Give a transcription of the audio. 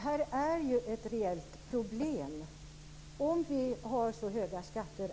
Herr talman!